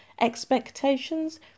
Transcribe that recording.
expectations